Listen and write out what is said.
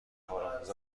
کارآموز